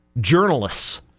journalists